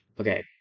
okay